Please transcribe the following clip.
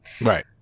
Right